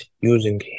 using